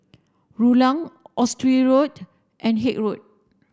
Rulang Oxley Road and Haig Road